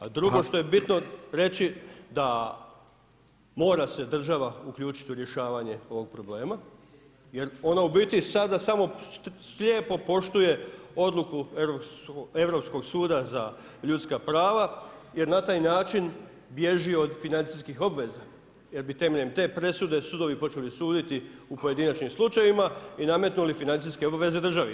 A drugo što je bitno reći da mora se država uključiti u rješavanje ovog problema, jer ona u biti sada samo slijepo poštuje odluku Europskog suda za ljudska prava, jer na taj način bilježi od financijskih obaveza, jer bi temeljem te presude sudovi počeli suditi u pojedinačnim slučajevima i nametnuli financijske obaveze državi.